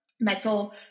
Metal